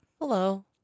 Hello